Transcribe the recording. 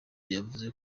yavuze